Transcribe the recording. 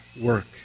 work